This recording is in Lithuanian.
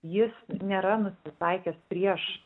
jis nėra nusitaikęs prieš